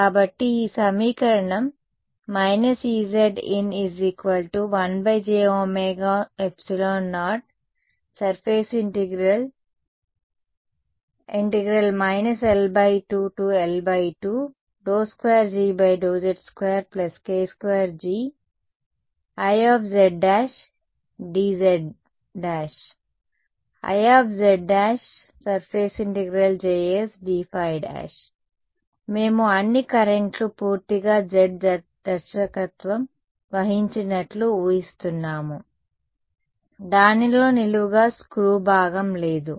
కాబట్టి ఈ సమీకరణం −Ezin1jωε0∮ L2L22Gz2k2GI z'dz' Iz'∮Jsdϕ మేము అన్ని కరెంట్ లు పూర్తిగా z దర్శకత్వం వహించినట్లు ఊహిస్తున్నాము దానిలో నిలువుగా స్క్రూ భాగం లేదు